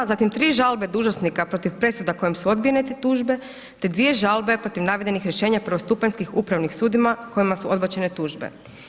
Zatim tri žalbe dužnosnika protiv presuda kojima su odbijene te tužbe te dvije žalbe protiv navedenih rješenja prvostupanjskih upravnih sudova kojima su odbačene tužbe.